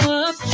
up